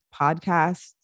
podcast